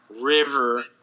River